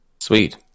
Sweet